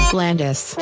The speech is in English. Blandis